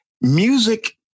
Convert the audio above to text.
Music